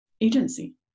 agency